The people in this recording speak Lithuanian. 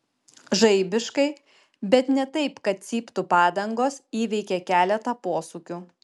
žaibiškai bet ne taip kad cyptų padangos įveikė keletą posūkių